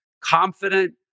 confident